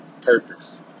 purpose